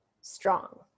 strong